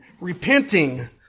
repenting